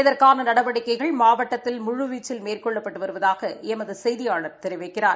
இதற்கான நடவடிக்கைகள் மாநிலத்தில் முழுவீச்சில் மேற்கொள்ளப்பட்டு வருவதாக எமது செய்தியாளர் தெரிவிக்கிறார்